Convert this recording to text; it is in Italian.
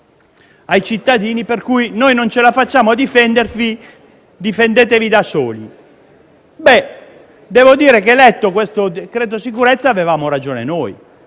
ai cittadini: non ce la facciamo a difendervi, difendetevi da soli. Devo dire che letto il decreto sicurezza, avevamo ragione noi.